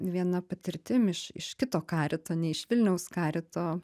viena patirtim iš iš kito karito ne iš vilniaus karito